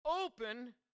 Open